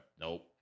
nope